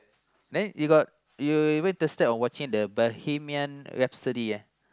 then you got you you went to step on watching the Bohemian-Rhapsody eh